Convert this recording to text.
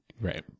right